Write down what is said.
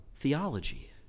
theology